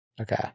Okay